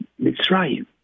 Mitzrayim